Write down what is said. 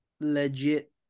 legit